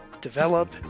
develop